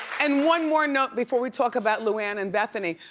and one more note before we talk about luann and bethenny.